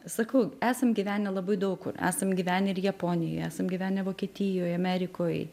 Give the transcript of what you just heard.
sakau esam gyvenę labai daug kur esam gyvenę ir japonijoj esam gyvenę vokietijoj amerikoj